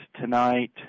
tonight